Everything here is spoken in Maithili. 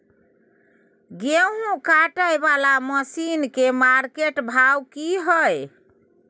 गेहूं काटय वाला मसीन के मार्केट भाव की हय?